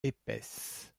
épaisse